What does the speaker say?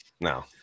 No